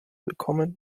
bekommen